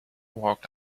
walked